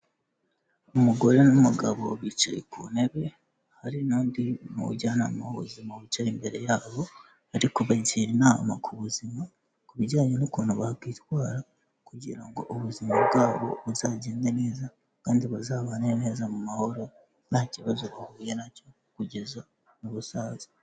Umugore n' umugabo bicaye ku ntebe hari n' undi mujyanama w'ubuzima wicaye imbere yabo arikubagira inama ku buzima ku bijyanye n'ukuntu bakwitwara kugira ngo ubuzima bwabo buzagende neza kandi bu bazabane neza mu mahoro nta kibazo bahuye nacyo kugeza mu busaza.